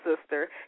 sister